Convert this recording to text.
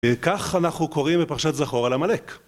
כך אנחנו קוראים לפרשת זכור על עמלק